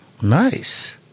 Nice